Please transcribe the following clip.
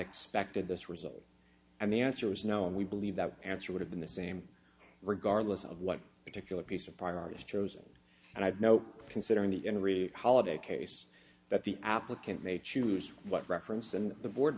expected this result and the answer was no and we believe that answer would have been the same regardless of what particular piece of priorities chosen and i'd know considering the end really holiday case that the applicant may choose what reference and the board